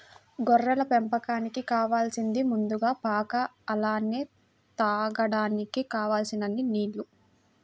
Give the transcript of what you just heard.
గొర్రెల పెంపకానికి కావాలసింది ముందుగా పాక అలానే తాగడానికి కావలసినన్ని నీల్లు